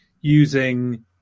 using